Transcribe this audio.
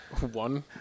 One